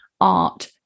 art